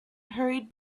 hurried